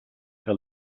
que